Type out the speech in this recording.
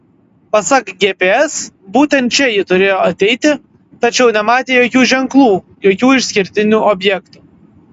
pasak gps būtent čia ji turėjo ateiti tačiau nematė jokių ženklų jokių išskirtinių objektų